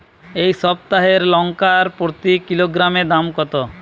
এই সপ্তাহের লঙ্কার প্রতি কিলোগ্রামে দাম কত?